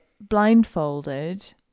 blindfolded